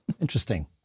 Interesting